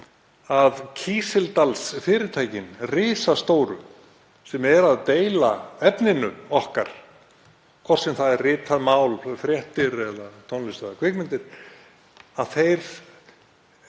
að Kísildalsfyrirtækin risastóru, sem deila efninu okkar, hvort sem það er ritað mál, fréttir, tónlist eða kvikmyndir, væru